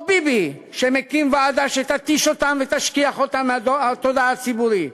או ביבי שמקים ועדה שתתיש אותם ותשכיח אותם מהתודעה הציבורית?